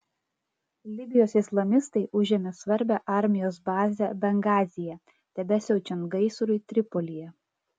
libijos islamistai užėmė svarbią armijos bazę bengazyje tebesiaučiant gaisrui tripolyje